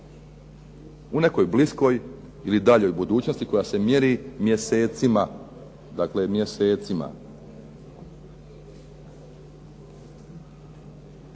u nekoj bliskoj ili daljoj budućnosti koja se mjeri mjesecima, dakle mjesecima.